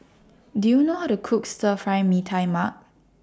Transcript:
Do YOU know How to Cook Stir Fry Mee Tai Mak